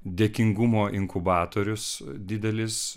dėkingumo inkubatorius didelis